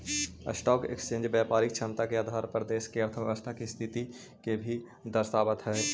stock exchange व्यापारिक क्षमता के आधार पर देश के अर्थव्यवस्था के स्थिति के भी दर्शावऽ हई